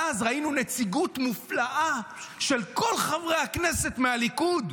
ואז ראינו נציגות מופלאה של כל חברי הכנסת מהליכוד,